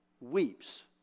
weeps